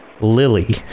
Lily